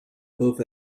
both